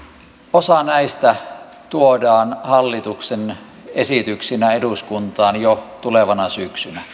osa näistä tuodaan hallituksen esityksinä eduskuntaan jo tulevana syksynä